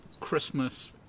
Christmas